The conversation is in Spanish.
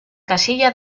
casilla